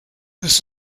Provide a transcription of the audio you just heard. this